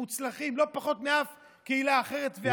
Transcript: מוצלחים לא פחות מאף קהילה אחרת.